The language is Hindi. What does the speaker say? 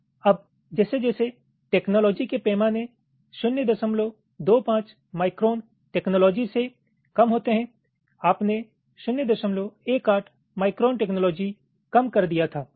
अब जैसे जैसे टेक्नॉलॉजी के पैमाने 025 माइक्रोन टेक्नॉलॉजी से कम होते हैं आपने 018 माइक्रोन टेक्नॉलॉजी कम कर दिया था